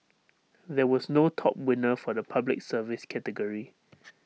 there was no top winner for the Public Service category